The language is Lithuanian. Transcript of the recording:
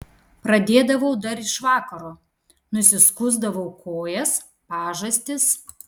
pradėdavau dar iš vakaro nusiskusdavau kojas pažastis